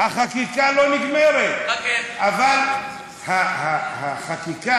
תקשיב למה שהוא רוצה, החקיקה